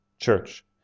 church